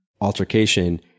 altercation